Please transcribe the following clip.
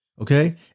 okay